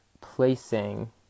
placing